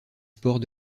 sports